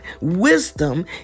wisdom